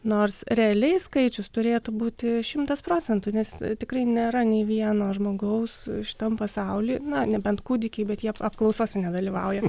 nors realiai skaičius turėtų būti šimtas procentų nes tikrai nėra nei vieno žmogaus šitam pasauly na nebent kūdikiai bet jie apklausose nedalyvauja